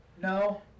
No